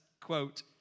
quote